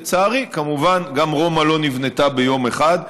לצערי, וכמובן, גם רומא לא נבנתה ביום אחד,